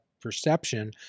perception